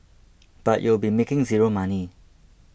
but you'll be making zero money